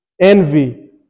envy